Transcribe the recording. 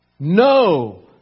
No